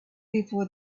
before